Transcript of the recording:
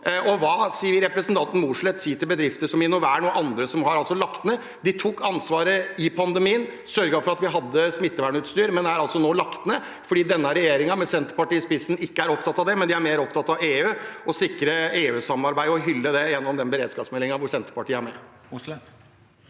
Hva vil representanten Mossleth si til bedrifter som Innovern og andre som er lagt ned? De tok ansvaret i pandemien, sørget for at vi hadde smittevernutstyr, men er nå lagt ned fordi denne regjeringen, med Senterpartiet i spissen, ikke er opptatt av det. De er mer opptatt av EU – å sikre EU-samarbeidet og hylle det gjennom denne beredskapsmeldingen Senterpartiet er med